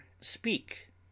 speak